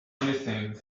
anything